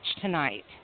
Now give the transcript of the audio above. tonight